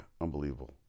unbelievable